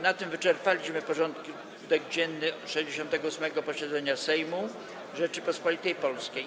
Na tym wyczerpaliśmy porządek dzienny 68. posiedzenia Sejmu Rzeczypospolitej Polskiej.